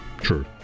true